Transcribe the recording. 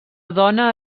dona